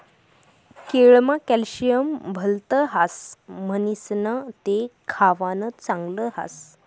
केळमा कॅल्शियम भलत ह्रास म्हणीसण ते खावानं चांगल ह्रास